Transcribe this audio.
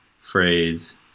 phrase